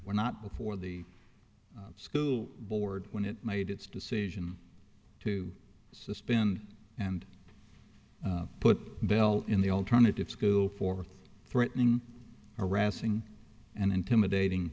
were not before the school board when it made its decision to suspend and put in the alternative school for threatening harassing and intimidating